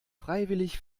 freiwillig